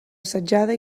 assetjada